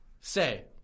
say